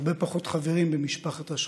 הרבה פחות חברים במשפחת השכול.